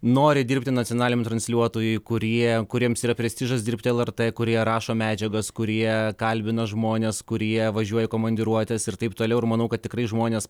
nori dirbti nacionaliniam transliuotojui kurie kuriems yra prestižas dirbti lrt kurie rašo medžiagas kurie kalbina žmones kurie važiuoja į komandiruotes ir taip toliau ir manau kad tikrai žmonės